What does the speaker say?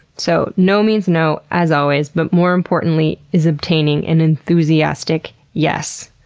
so, no means no, as always, but more importantly is obtaining an enthusiastic yes.